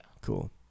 Cool